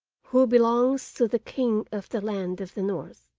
who belongs to the king of the land of the north.